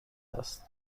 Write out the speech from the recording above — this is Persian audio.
است